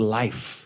life